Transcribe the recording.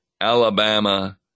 Alabama